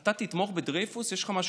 אתה תתמוך בדרֵייפוס?